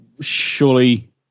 surely